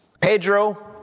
Pedro